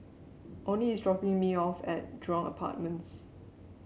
Oney is dropping me off at Jurong Apartments